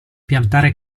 piantare